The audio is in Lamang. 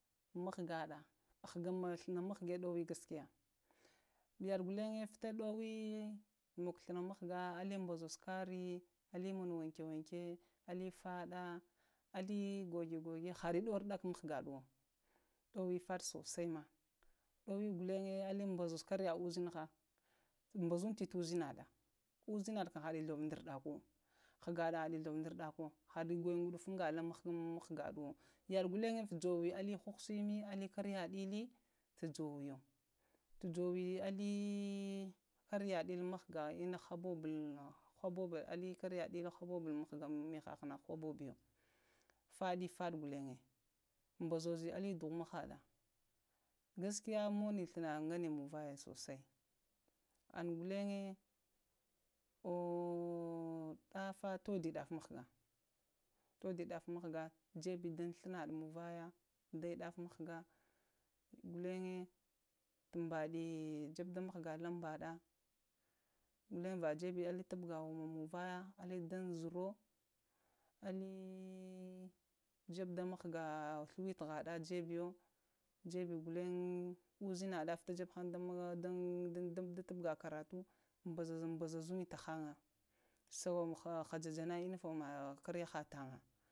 Mghgaɗa flagna mghgah ɗowe gaskiyə, yaɗa ghlennŋ vita ɗowe mogo flagna mghga ələ ɓozozo kəre, əb mono wənkewanke faɗa goge goge hə əge ɗowo ta ərɗa ke tu mghgaɗawo ɗowe faɗa sosai ma, ɗowe ghlinye əɓ ɓososa kəran uzinha ɓazunti tu uzin ha ɓazunti ta uzin aɗa, uzina nakəm hayə to ndozunŋ ɗa urɗako haghaɗa haye lavo da aurɗakowo hayə ngoɗa gudufa anga di haghaɗa yaɗa golanye to jwowe alən hu husini əe karya ɗalə to jowoyo; to jowe ae karya ɗələ mughga ina haɓoɓu cona, karya ɓalə haɓoɓu mihahana fadifaɗa ghulunga, ɓozozo ɗuzun a haha, kaskiya monə flasnba ngane mun vaya sosai ana ghulanŋ ɗaga, ɗafa todə ɗafa mghga to də ndafa mughga, jaɓe daŋ flagna manŋ vaya, ɗafa mghga gulinŋe tuɓanə jebe da mghga ləmbaɗa, dam va jebe əb tubga wumo vaya ali dum zor, əbi yəbe də mghga haga glwetahaɗa jebeyo ghale uzinaɗa jebe da, tutuɓga kara toi, ɓazaɓazuyin tahanŋ hajəja karahataŋa form